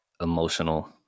emotional